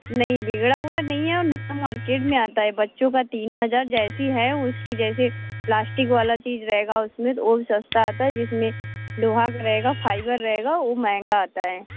नहीं बिगड़ा वुगड़ा नहीं है ऐसा मार्किट में आता है बच्चों का तीन हज़ार जैसी है उसकी जैसे प्लास्टिक वाली चीज़ रहेगी उस में वह सस्ता आता है जिस में लोहा भी रहेगा फ़ाइबर रहेगा वह महँगा आता है